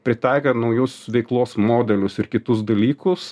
pritaikant naujus veiklos modelius ir kitus dalykus